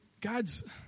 God's